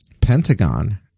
Pentagon